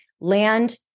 land